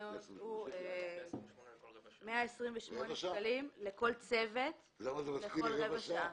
בתקנות הוא 128 שקלים לכל צוות לכל רבע שעה.